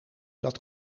dat